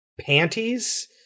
panties